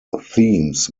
themes